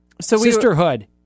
sisterhood